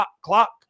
clock